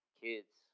kids